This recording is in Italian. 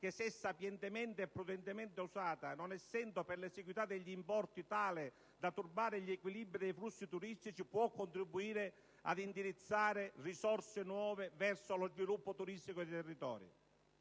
che se sapientemente e prudentemente usata, non essendo per l'esiguità degli importi tale da turbare gli equilibri dei flussi turistici, può contribuire ad indirizzare risorse nuove verso lo sviluppo turistico dei territori.